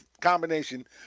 combination